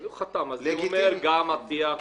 אומר: גם הטיח,